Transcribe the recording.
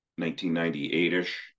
1998-ish